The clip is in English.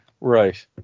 right